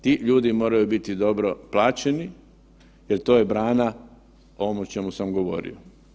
Ti ljudi moraju biti dobro plaćeni jer to je brana ovom o čemu sam govorio.